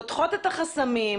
פותחות את החסמים,